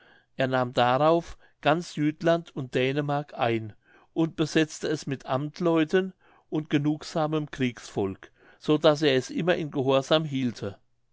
er nahm darauf ganz jütland und dänemark ein und besetzte es mit amtleuten und genugsamem kriegsvolk so daß er es immer in gehorsam hielte